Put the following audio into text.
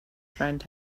friend